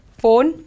phone